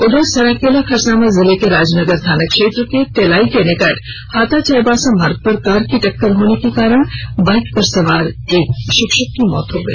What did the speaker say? उधर सरायकेला खरसांवा जिले के राजनगर थाना क्षेत्र के तेलाई के समीप हाता चाईबासा मार्ग पर कार से टक्कर होने के कारण बाइक पर सवार एक शिक्षक की मौत हो गई